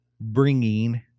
bringing